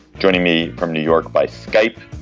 joining me from new york by skype,